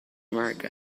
america